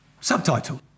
Subtitle